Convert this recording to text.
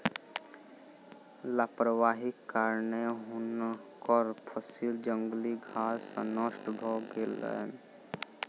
लापरवाहीक कारणेँ हुनकर फसिल जंगली घास सॅ नष्ट भ गेलैन